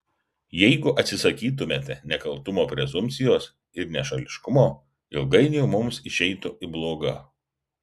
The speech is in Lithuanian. jeigu atsisakytumėme nekaltumo prezumpcijos ir nešališkumo ilgainiui mums išeitų į bloga